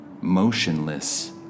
motionless